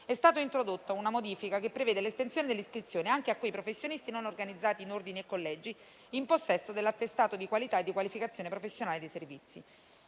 è stata introdotta una modifica, che prevede l'estensione dell'iscrizione anche a quei professionisti non organizzati in ordini e collegi in possesso dell'attestato di qualità e di qualificazione professionale dei servizi.